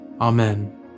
Amen